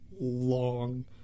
long